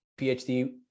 PhD